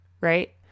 right